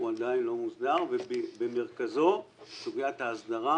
הוא עדיין לא מוסדר ובמרכזו סוגיית ההסדרה